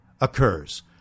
occurs